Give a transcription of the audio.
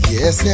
Yes